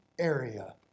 area